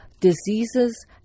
Diseases